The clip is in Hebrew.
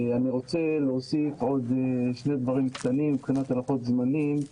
אני רוצה להוסיף עוד שני דברים קטנים מבחינת לוחות הזמנים.